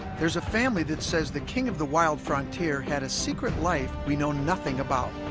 there's a family that says the king of the wild frontier had a secret life we know nothing about